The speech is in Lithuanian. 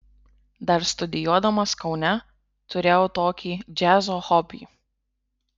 dar studijuodamas kaune turėjau tokį džiazo hobį